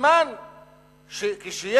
בזמן שיש